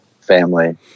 family